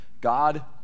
God